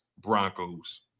Broncos